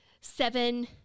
seven